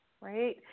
right